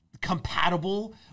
Compatible